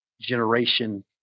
generation